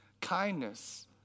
kindness